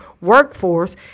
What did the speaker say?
workforce